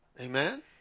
amen